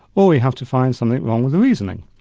or we have to find something wrong with the reasoning.